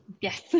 Yes